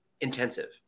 Intensive